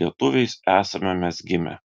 lietuviais esame mes gimę